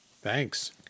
Thanks